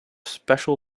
special